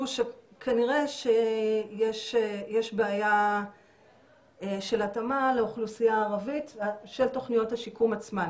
שכנראה שיש בעיה של התאמה לאוכלוסייה ערבית של תוכניות השיקום עצמן.